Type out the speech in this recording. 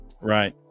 Right